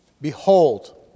Behold